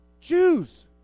Jews